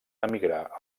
emigrà